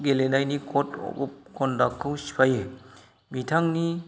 गेलेनायनि code of कन्डाक्टखौ सिफायो बिथांनि